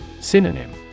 Synonym